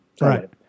Right